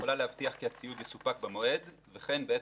יכולה להבטיח כי הציוד יסופק במועד וכן בעת